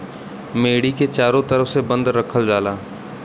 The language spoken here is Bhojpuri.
मेड़ी के चारों तरफ से बंद रखल जाला